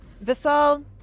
Vassal